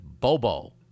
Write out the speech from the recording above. Bobo